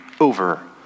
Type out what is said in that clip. over